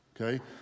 Okay